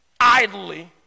Idly